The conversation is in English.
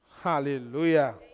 Hallelujah